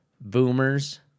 boomers